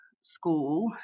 school